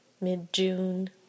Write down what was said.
mid-June